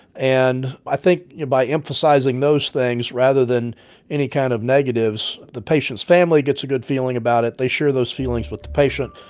and i think you know by emphasizing those things rather than any kind of negatives, the patient's family gets a good feeling about it. they share those feelings with the patient.